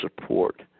support